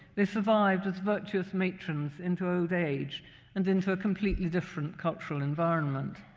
they survived as virtuous matrons into old age and into a completely different cultural environment.